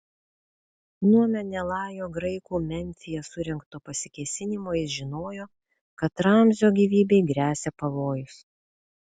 nuo menelajo graikų memfyje surengto pasikėsinimo jis žinojo kad ramzio gyvybei gresia pavojus